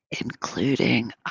including